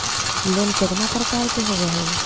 Loan केतना प्रकार के होव हइ?